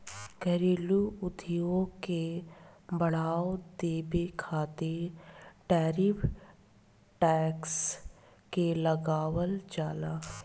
घरेलू उद्योग के बढ़ावा देबे खातिर टैरिफ टैक्स के लगावल जाला